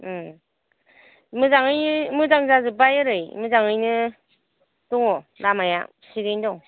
मोजाङै मोजां जाजोब्बाय ओरै मोजाङै नो दङ लामाया थिकयैनो दं